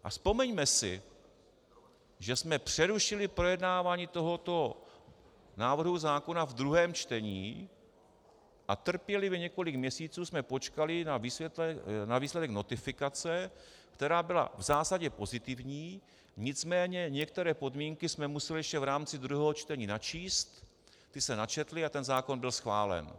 A vzpomeňme si, že jsme přerušili projednávání tohoto návrhu zákona ve druhém čtení a trpělivě několik měsíců jsme počkali na výsledek notifikace, která byla v zásadě pozitivní, nicméně některé podmínky jsme museli ještě v rámci druhého čtení načíst, ty se načetly a ten zákon byl schválen.